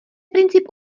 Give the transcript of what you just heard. princip